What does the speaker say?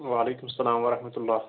وعلیکُم اسلام وَرحمتلا